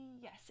yes